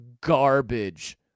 garbage